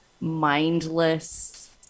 mindless